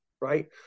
right